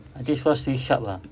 I think it's called C sharp ah